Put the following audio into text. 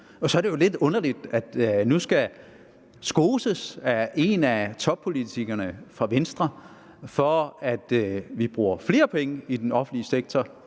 Og så er det jo lidt underligt, at vi nu skal skoses af en af toppolitikerne fra Venstre for, at vi bruger flere penge i den offentlige sektor